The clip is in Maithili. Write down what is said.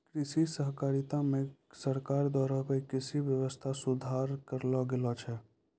कृषि सहकारिता मे सरकार द्वारा भी कृषि वेवस्था सुधार करलो गेलो छै